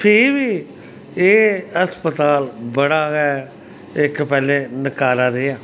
फ्ही बी एह् अस्पताल बड़ा गै इक पैह्लें नकारा रेहा